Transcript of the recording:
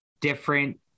different